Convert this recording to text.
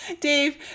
Dave